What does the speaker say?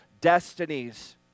destinies